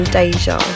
Deja